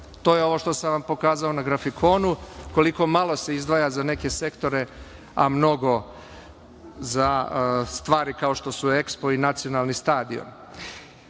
To je ovo što sam pokazao na grafikonu koliko malo se izdvaja za neke sektore, a mnogo za stvari kao što su EKSPO i nacionalni stadion.I,